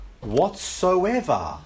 Whatsoever